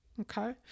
Okay